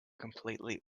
completely